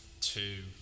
two